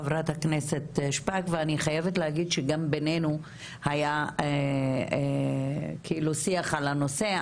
חברת הכנסת שפק ואני חייבת להגיד שגם בינינו היה שיח על הנושא.